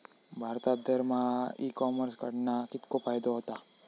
भारतात दरमहा e commerce कडणा कितको फायदो होता?